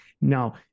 Now